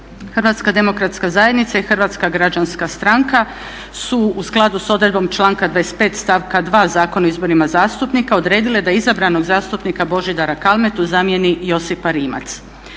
Hrvatska demokratska zajednica i Hrvatska građanska stranka su u skladu sa odredbom članka 25. stavka 2. Zakona o izborima zastupnika odredile da izabranog zastupnika Božidara Kalmetu zamijeni Josipa Rimac.